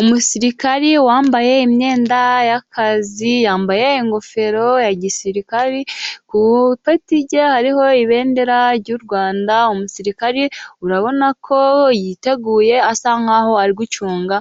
Umusirikare wambaye imyenda y'akazi, yambaye ingofero ya gisirikare ku ipeti rye hariho ibendera ry'u Rwanda, umusirikare urabona ko yiteguye asa nkaho ari gucunga